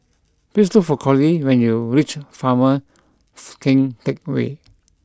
please look for Coley when you reach Former Keng Teck Whay